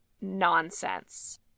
nonsense